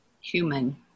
human